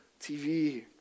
TV